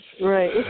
right